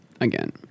again